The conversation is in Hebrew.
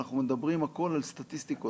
אנחנו מדברים על סטטיסטיקות,